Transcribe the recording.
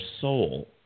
soul